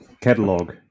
catalog